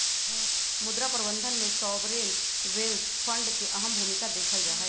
मुद्रा प्रबन्धन में सॉवरेन वेल्थ फंड के अहम भूमिका देखल जाहई